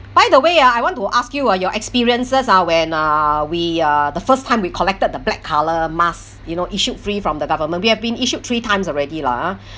by the way ah I want to ask you ah your experiences ah when uh we uh the first time we collected the black colour mask you know issued free from the government we have been issued three times already lah ah